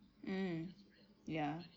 mm ya